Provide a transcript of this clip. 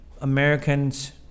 Americans